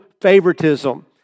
favoritism